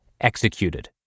executed